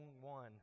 one